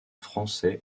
français